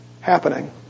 happening